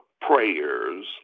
prayers